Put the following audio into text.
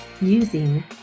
using